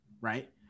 right